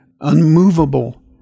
unmovable